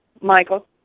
Michael